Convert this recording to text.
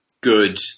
Good